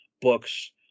books